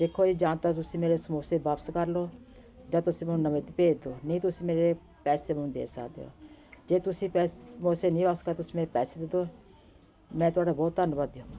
ਦੇਖੋ ਜੀ ਜਾਂ ਤਾਂ ਤੁਸੀਂ ਮੇਰੇ ਸਮੋਸੇ ਵਾਪਸ ਕਰ ਲਉ ਜਾਂ ਤੁਸੀਂ ਮੈਨੂੰ ਨਵੇਂ ਭੇਜ ਦਿਉ ਨਹੀਂ ਤੁਸੀਂ ਮੇਰੇ ਪੈਸੇ ਮੈਨੂੰ ਦੇ ਸਕਦੇ ਹੋ ਜੇ ਤੁਸੀਂ ਪੈਸ ਸਮੋਸੇ ਨਹੀਂ ਵਾਪਸ ਕਰਦੇ ਤੁਸੀਂ ਮੇਰੇ ਪੈਸੇ ਦੇ ਦਿਉ ਮੈਂ ਤੁਹਾਡਾ ਬਹੁਤ ਧੰਨਵਾਦੀ ਹੋਵਾਂਗੀ